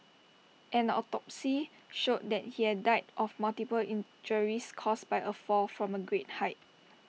an autopsy showed that he had died of multiple injuries caused by A fall from A great height